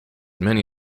many